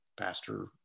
pastor